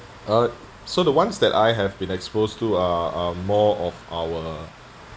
uh so the ones that I have been exposed to uh are more of our